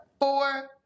four